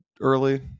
early